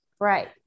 right